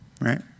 right